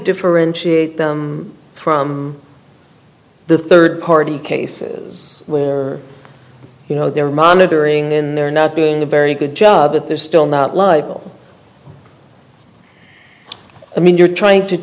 differentiate them from the third party cases where you know they're monitoring in their not being a very good job that they're still not liable i mean you're trying to